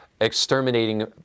exterminating